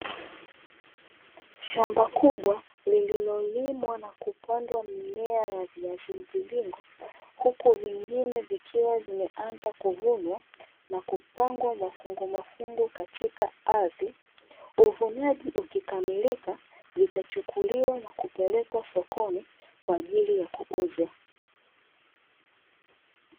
Shamba kubwa lililolimwa na kupandwa mimea ya viazi mviringo, huku vingine vikiwa vimeanza kuvunwa na kupangwa mafungu mafungu katika ardhi, uvunaji ukikamilika vitachukuliwa na kupelekwa sokoni kwa ajili ya kuuzwa.